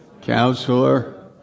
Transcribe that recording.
Counselor